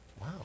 Wow